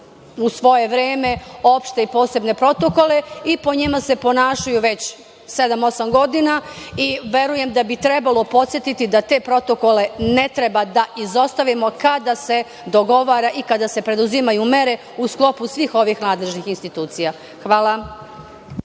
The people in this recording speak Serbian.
u svoje vreme, opšte i posebne protokole i po njima se ponašaju već sedam, osam godina i verujem da bi trebalo podsetiti da te protokole ne treba da izostavimo kada se dogovara i kada se preduzimaju mere u sklopu svih ovih nadležnih institucija. Hvala.